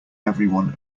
everyone